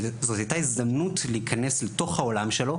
זאת הייתה הזדמנות להיכנס לתוך העולם שלו,